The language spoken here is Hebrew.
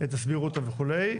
תסבירו אותם וכו'.